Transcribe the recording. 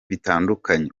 bitandukanye